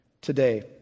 today